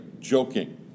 joking